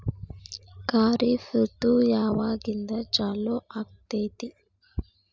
ಖಾರಿಫ್ ಋತು ಯಾವಾಗಿಂದ ಚಾಲು ಆಗ್ತೈತಿ?